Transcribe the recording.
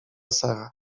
sara